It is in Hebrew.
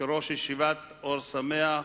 כראש ישיבת "אור שמח",